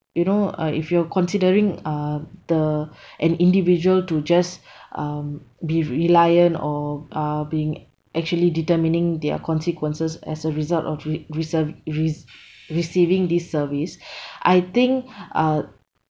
you know uh if you are considering uh the an individual to just um be reliant or uh being actually determining their consequences as a result of re~ recei~ re~ receiving this service I think uh